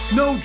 no